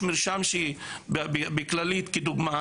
יש מרשם בכללית כדוגמה,